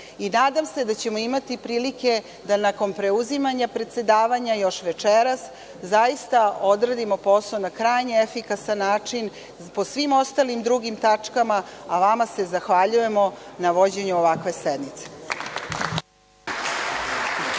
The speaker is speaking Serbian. Nadam se da ćemo imati prilike da nakon preuzimanja predsedavanja još večeras zaista odradimo posao na krajnje efikasan način po svim ostalim drugim tačkama, a vama se zahvaljujemo na vođenju ovakve sednice.